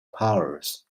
powers